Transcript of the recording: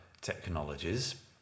technologies